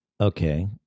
Okay